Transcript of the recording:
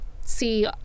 see